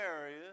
area